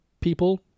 people